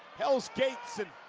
hell's gates and,